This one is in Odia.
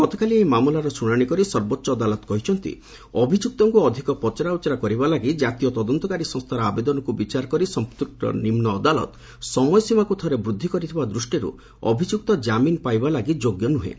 ଗତକାଲି ଏହି ମାମଲାର ଶୁଣାଶି କରି ସର୍ବୋଚ୍ଚ ଅଦାଲତ କହିଛନ୍ତି ଅଭିଯୁକ୍ତଙ୍କୁ ଅଧିକ ପଚରା ଉଚରା କରିବାଲାଗି ଜାତୀୟ ତଦନ୍ତକାରୀ ସଂସ୍ଥାର ଆବେଦନକୁ ବିଚାରକରି ସମ୍ପୃକ୍ତ ନିମ୍ନ ଅଦାଲତ ସମୟସୀମାକୁ ଥରେ ବୃଦ୍ଧି କରିଥିବା ଦୃଷ୍ଟିରୁ ଅଭିଯୁକ୍ତ କାମିନ୍ ପାଇବାଲାଗି ଯୋଗ୍ୟ ନୁହେଁ